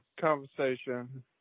conversation